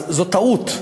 אז זו טעות.